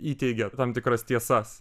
įteigia tam tikras tiesas